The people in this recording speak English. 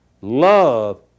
Love